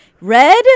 red